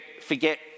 forget